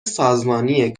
سازمانی